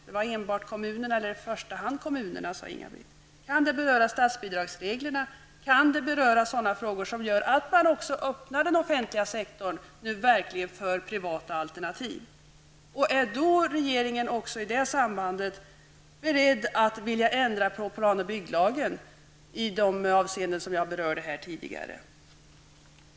Det gällde i första hand kommunerna, sade Inga-Britt Johansson. Kan det beröra statsbidragsreglerna, kan det beröra sådana frågor som gör att man nu verkligen också öppnar den offentliga sektorn för privata alternativ? Är regeringen beredd att i det här sammanhanget ändra på plan och bygglagen i de avseenden som jag berörde här tidigare?